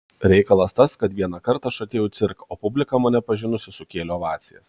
reikalas tas kad vienąkart aš atėjau į cirką o publika mane pažinusi sukėlė ovacijas